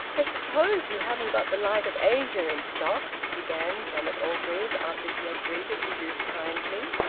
i suppose you haven't got the light of asia in stock? began janet orgreave, after she had greeted the youth kindly.